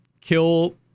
kill